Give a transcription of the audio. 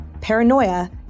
paranoia